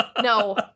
No